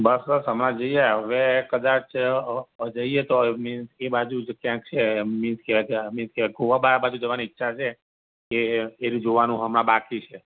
બસ બસ હમણાં જઈ આવ્યા હવે કદાચ હ હ જઈએ તો ય મીન્સ એ બાજું જ ક્યાંય છે એમ મીન્સ કે ક મીન્સ કે ગોવા બા બાજુ જવાની ઈચ્છા છે એ એ રહ્યું જોવાનું હમણાં બાકી છે